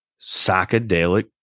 psychedelic